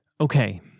Okay